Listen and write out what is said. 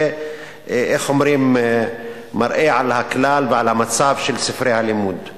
זה מראה על הכלל ועל המצב של ספרי הלימוד.